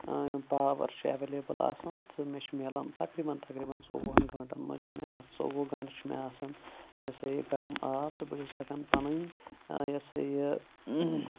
power چُھ available آسان مےٚ چُھ ملان تقریٖبن تقریٖبن ژوٚوُہ ہَن گٲنٛٹَن منٛز چُھ مےٚ آسان ژوٚوُہ گَنٛٹہٕ چھِ مےٚ آسَن یہِ ہسا یہِ گَرم آب تہٕ بہٕ چُھ ہیٚکَان پَنٕنۍ یہِ ہسا یہِ